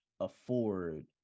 afford